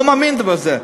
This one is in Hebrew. אני לא מאמין בזה.